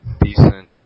decent